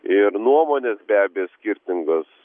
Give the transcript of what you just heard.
ir nuomonės be abejo skirtingos